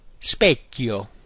specchio